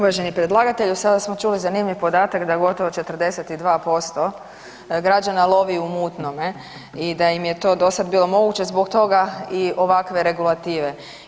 Uvaženi predlagatelju, sada smo čuli zanimljiv podatak da u gotovo 42% građana lovi u mutnome i da im je dosad bilo moguće zbog toga i ovakve regulative.